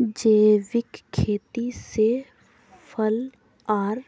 जैविक खेती से फल आर